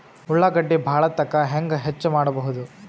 ಉಳ್ಳಾಗಡ್ಡಿ ಬಾಳಥಕಾ ಹೆಂಗ ಹೆಚ್ಚು ಮಾಡಬಹುದು?